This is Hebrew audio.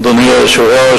אדוני היושב-ראש,